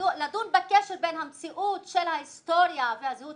לדון בקשר בין המציאות של ההיסטוריה ושל המציאות